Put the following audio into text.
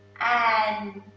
and,